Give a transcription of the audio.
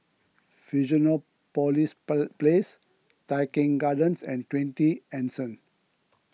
Fusionopolis police Place Tai Keng Gardens and twenty Anson